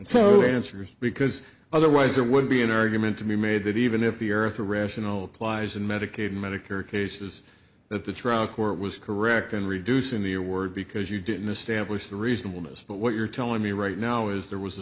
it answers because otherwise there would be an argument to be made that even if the earth a rational applies in medicaid medicare cases that the trial court was correct in reducing the award because you didn't establish the reasonable this but what you're telling me right now is there was a